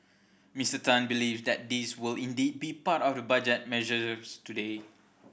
Mister Tan believes that these will indeed be part of the budget measures today